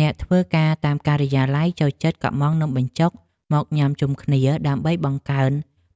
អ្នកធ្វើការតាមការិយាល័យចូលចិត្តកម្ម៉ង់នំបញ្ចុកមកញ៉ាំជុំគ្នាដើម្បីបង្កើន